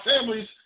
families